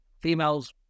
Females